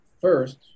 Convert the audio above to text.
first